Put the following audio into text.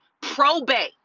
pro-bay